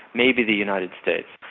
maybe the united states.